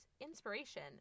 inspiration